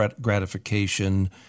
gratification